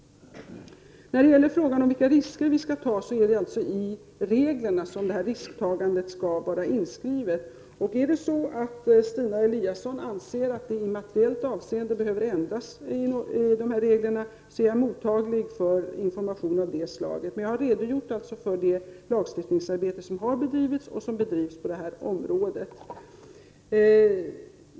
När det gäller vilka risker vi skall ta vill jag säga att risktagandet skall vara inskrivet i reglerna. Om Stina Eliasson anser att dessa regler behöver ändras materiellt i något avseende är jag mottaglig för information. Jag har redogjort för det lagstiftningsarbete som har bedrivits och som bedrivs på detta område.